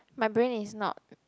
my brain is not